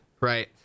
right